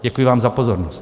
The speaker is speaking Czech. Děkuji vám za pozornost.